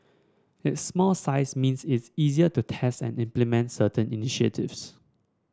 its small size means its easier to test and implement certain initiatives